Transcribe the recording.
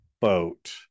boat